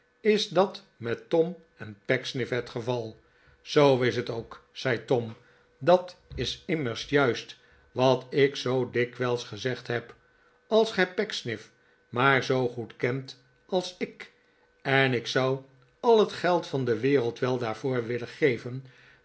is dat met tom en pecksniff het geval zoo is het ook zei tom dat is immers juist wat ik zoo dikwijls gezegd heb als gij pecksniff maar zoo goed kendet als ik en ik zou al het geld van de wereld wel daarvoor willen geven